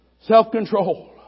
Self-control